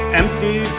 empty